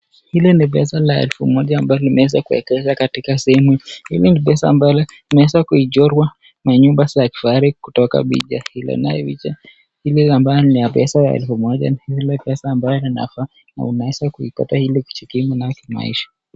Hili ni pesa ya elfu moja ambalo limeweza kuegezwa katika sehemu hii, hili ni pesa ambalo imeweza kuchorwa manyumba za kifahari kutoka picha ile ,nayo picha Ile ambayo ni elfu moja na ile ambayo inafaa na unaeza kuokotwa ili kujikimu nayo maisha.